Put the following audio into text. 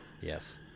yes